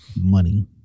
money